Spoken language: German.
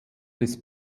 des